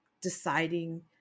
deciding